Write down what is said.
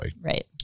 Right